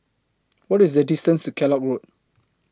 What IS The distance to Kellock Road